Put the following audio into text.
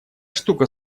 штука